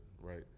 right